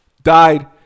died